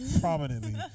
prominently